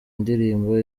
indirimbo